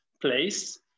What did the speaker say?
place